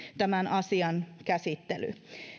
tämän asian käsittely